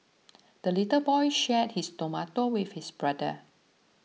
the little boy shared his tomato with his brother